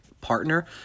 partner